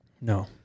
No